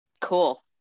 Cool